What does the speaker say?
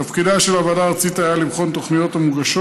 תפקידה של הוועדה הארצית היה לבחון תוכניות המוגשות